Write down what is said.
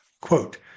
Quote